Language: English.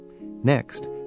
Next